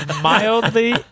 Mildly